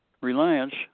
reliance